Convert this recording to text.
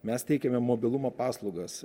mes teikiame mobilumo paslaugas